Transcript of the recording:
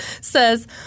says